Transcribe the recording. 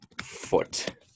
foot